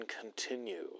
continue